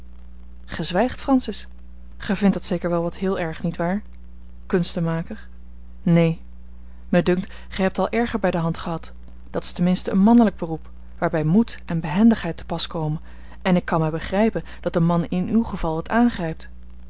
zwijgt francis gij vindt dat zeker wel wat heel erg niet waar kunstenmaker neen mij dunkt gij hebt al erger bij de hand gehad dat is ten minste een mannelijk beroep waarbij moed en behendigheid te pas komen en ik kan mij begrijpen dat een man in uw geval het